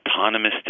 autonomous